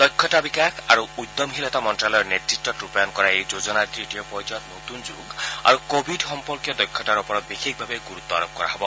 দক্ষতা বিকাশ আৰু উদ্যমশীলতা মন্ত্যালয়ৰ নেতত্ত ৰূপায়ণ কৰা এই যোজনাৰ তৃতীয় পৰ্যায়ত নতুন যুগ আৰু কোৱিড সম্পৰ্কীয় দক্ষতাৰ ওপৰত বিশেষভাৱে গুৰুত্ব আৰোপ কৰা হব